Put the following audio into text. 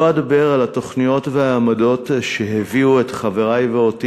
לא אדבר על התוכניות ועל העמדות שהביאו את חברי ואותי